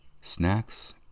snacks